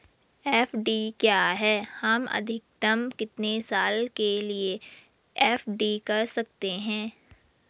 FD क्या है हम अधिकतम कितने साल के लिए एफ.डी कर सकते हैं?